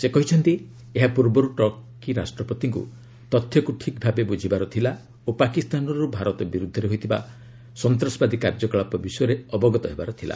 ସେ କହିଛନ୍ତି ଏହା ପୂର୍ବର୍ ଟର୍କି ରାଷ୍ଟପତିଙ୍କ ତଥ୍ୟକ୍ ଠିକ ଭାବେ ବୃଝିବାର ଥିଲା ଓ ପାକିସ୍ତାନରୁ ଭାରତ ବିରୁଦ୍ଧରେ ହୋଇଥିବା ସନ୍ତାସବାଦୀ କାର୍ଯ୍ୟକଳାପ ବିଷୟରେ ଅବଗତ ହେବାର ଥିଲା